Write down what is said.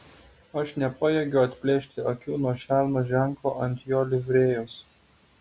aš nepajėgiu atplėšti akių nuo šerno ženklo ant jo livrėjos